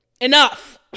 Enough